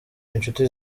inshuti